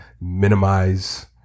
minimize